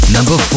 Number